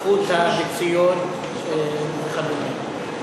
איכות הביציות וכדומה,